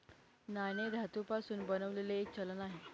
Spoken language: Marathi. नाणे धातू पासून बनलेले एक चलन आहे